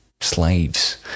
slaves